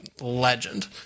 legend